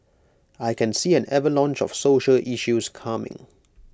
I can see an avalanche of social issues coming